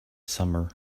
summer